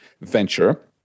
venture